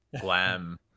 glam